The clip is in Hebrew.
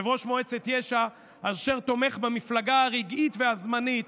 יושב-ראש מועצת יש"ע אשר תומך במפלגה הרגעית והזמנית